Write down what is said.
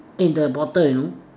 in the bottle you know